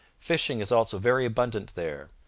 fishing is also very abundant there.